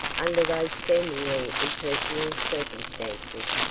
under those seemingly impersonal circumstances,